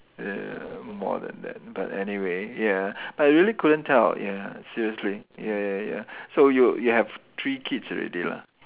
err more than that but anyway ya but I really couldn't tell ya seriously ya ya ya so you you have three kids already lah